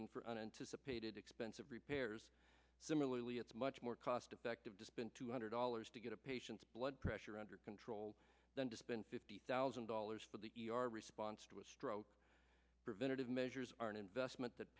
in for unanticipated expensive repairs similarly it's much more cost effective to spend two hundred dollars to get a patient's blood pressure under control than to spend fifty thousand dollars for the e r response to a stroke preventative measures are an investment that